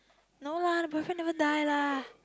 no lah the boyfriend never die lah